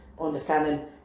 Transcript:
understanding